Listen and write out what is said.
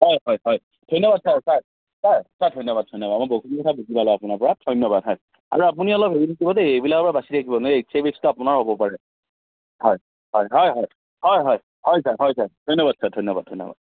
হয় হয় হয় ধন্যবাদ ছাৰ ছাৰ ছাৰ ছাৰ ধন্য়বাদ ধন্যবাদ মই বহুতখিনি কথা বুজি পালো আপোনাৰ পৰা ধন্যবাদ হয় আৰু আপুনি অলপ হেৰি থাকিব দেই এইবিলাকৰ পৰা বাচি থাকিব নহয় এইচ আই ভি এইডচটো আপোনাৰো হ'ব পাৰে হয় হয় হয় হয় হয় হয় হয় ছাৰ হয় ছাৰ ধন্যবাদ ছাৰ ধন্যবাদ ধন্যবাদ